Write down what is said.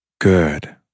Good